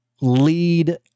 lead